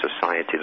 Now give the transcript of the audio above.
society